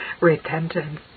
repentance